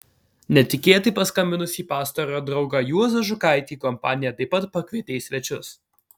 netikėtai paskambinusį pastarojo draugą juozą žukaitį kompanija taip pat pakvietė į svečius